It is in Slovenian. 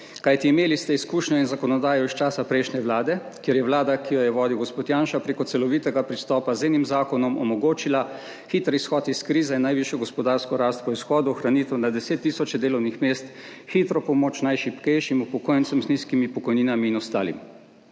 Kajti imeli ste izkušnje in zakonodajo iz časa prejšnje vlade, kjer je vlada, ki jo je vodil gospod Janša, preko celovitega pristopa z enim zakonom omogočila hiter izhod iz krize in najvišjo gospodarsko rast po izhodu, ohranitev na deset tisoče delovnih mest, hitro pomoč najšibkejšim, upokojencem z nizkimi pokojninami in ostalim.